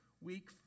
Week